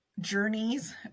journeys